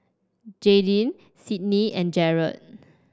Jaidyn Sydney and Jered